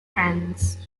friends